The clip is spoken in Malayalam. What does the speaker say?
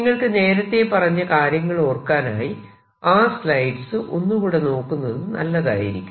നിങ്ങൾക്ക് നേരത്തെ പറഞ്ഞ കാര്യങ്ങൾ ഓർക്കാനായി ആ സ്ലൈഡ്സ് ഒന്നുകൂടെ നോക്കുന്നത് നല്ലതായിരിക്കും